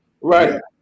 Right